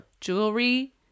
Jewelry